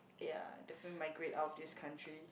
ya definitely migrate out of this country